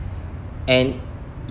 and